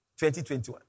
2021